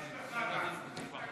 אתה בעד.